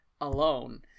alone